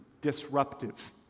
disruptive